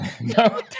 no